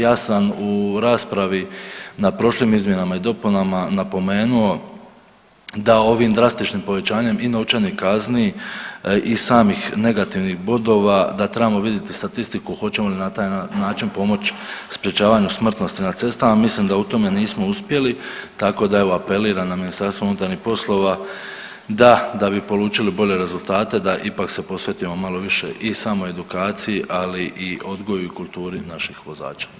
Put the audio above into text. Ja sam u raspravi na prošlim izmjenama i dopunama napomenuo da ovim drastičnim povećanjem i novčanih kazni i samih negativnih bodova da trebamo vidjeti statistiku hoćemo li na taj način pomoć sprječavanju smrtnosti na cestama, mislim da u tome nismo uspjeli, tako da evo apeliram na MUP da da bi polučili bolje rezultate da ipak se posvetimo malo više i samoj edukaciji, ali i odgoju i kulturi naših vozača.